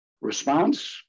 response